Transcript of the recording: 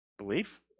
Belief